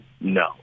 No